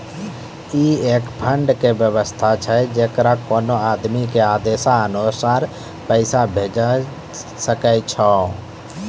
ई एक फंड के वयवस्था छै जैकरा कोनो आदमी के आदेशानुसार पैसा भेजै सकै छौ छै?